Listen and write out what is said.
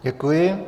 Děkuji.